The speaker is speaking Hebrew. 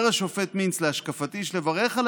אומר השופט מינץ: "להשקפתי יש לברך על